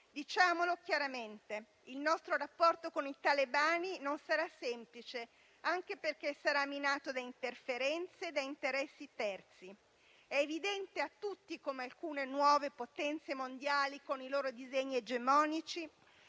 Diciamo chiaramente che il nostro rapporto con i talebani non sarà semplice, anche perché sarà minato da interferenze e da interessi terzi. È evidente a tutti come alcune nuove potenze mondiali, con i loro disegni egemonici,